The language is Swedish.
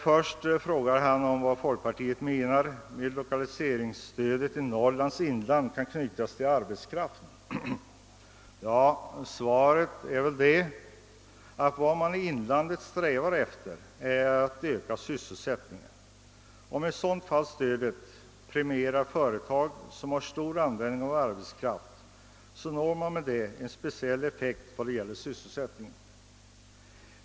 Först frågar han om vad folkpartiet menar med att lokaliseringsstödet i Norrlands inland kan knytas till arbetskraften. Svaret är att man i inlandet strävar efter att öka sysselsättningen. Om i sådant fall stödet premierar företag som har stor användning av arbetskraft, når man med detta en speciell effekt vad gäller sysselsättningen.